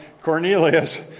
Cornelius